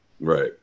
Right